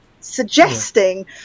suggesting